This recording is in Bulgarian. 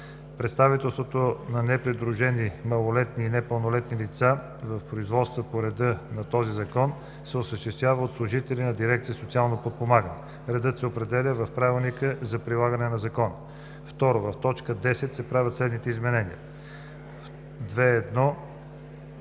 Представителството на непридружени малолетни и непълнолетни лица в производство по реда на този Закон се осъществява от служители на дирекция „Социално подпомагане“. Редът се определя в правилника за прилагане на закона.“ 2. В т. 10 се правят следните изменения: „2.1.